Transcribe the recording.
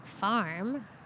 farm